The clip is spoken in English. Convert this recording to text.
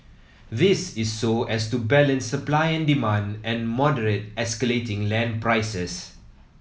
this is so as to balance supply and demand and moderate escalating land prices